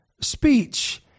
speech